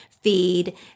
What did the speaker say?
feed